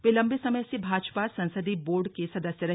वे लंबे समय से भाजपा संसदीय बोर्ड के सदस्य रहे